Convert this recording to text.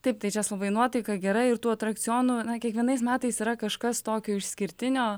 taip tai česlovai nuotaika gera ir tų atrakcionų na kiekvienais metais yra kažkas tokio išskirtinio